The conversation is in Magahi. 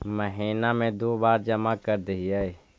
महिना मे दु बार जमा करदेहिय?